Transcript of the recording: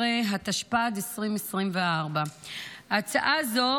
16), התשפ"ד 2024. הצעה זו